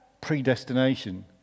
predestination